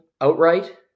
outright